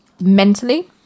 mentally